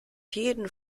jeden